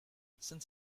since